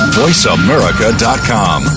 voiceamerica.com